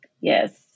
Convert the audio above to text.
Yes